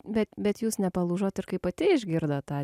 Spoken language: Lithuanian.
bet bet jūs nepalūžot ir kai pati išgirdot tą